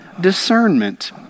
discernment